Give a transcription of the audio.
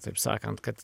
taip sakant kad